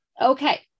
Okay